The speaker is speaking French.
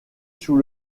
sous